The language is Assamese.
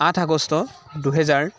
আঠ আগষ্ট দুহেজাৰ